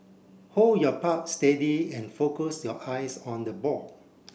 hold your steady and focus your eyes on the ball